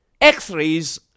X-rays